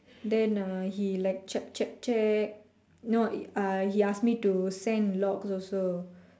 then uh he like check check check no uh he ask me to send logs also